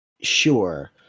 Sure